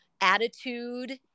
attitude